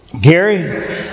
Gary